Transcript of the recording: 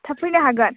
थाब फैनो हागोन